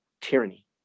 tyranny